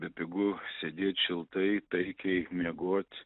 bepigu sėdėt šiltai taikiai miegot